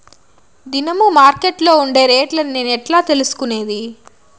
దినము మార్కెట్లో ఉండే రేట్లని నేను ఎట్లా తెలుసుకునేది?